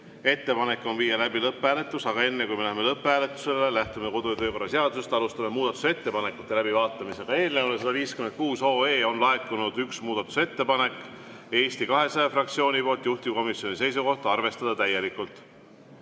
ettepanek on viia läbi lõpphääletus. Aga enne, kui me läheme lõpphääletuse juurde, lähtume kodu‑ ja töökorra seadusest ning alustame muudatusettepanekute läbivaatamist. Eelnõu 156 kohta on laekunud üks muudatusettepanek Eesti 200 fraktsioonilt, juhtivkomisjoni seisukoht: arvestada täielikult. Aitäh,